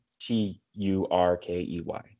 T-U-R-K-E-Y